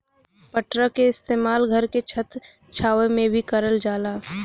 पटरा के इस्तेमाल घर के छत छावे में भी करल जाला